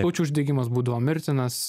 plaučių uždegimas būdavo mirtinas